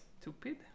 stupid